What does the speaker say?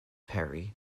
perry